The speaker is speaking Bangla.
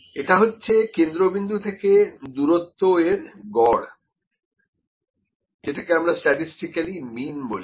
এটা হচ্ছে কেন্দ্রবিন্দু থেকে দূরত্ব এর গড় যেটাকে আমরা স্ট্যাটিসটিক্যালি মিন বলি